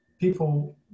people